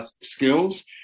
skills